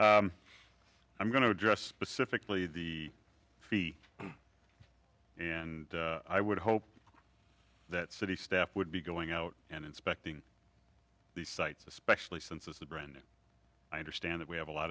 i'm going to address specifically the fee and i would hope that city staff would be going out and inspecting these sites especially since it's a brand i understand that we have a lot